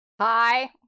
Hi